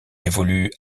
évolue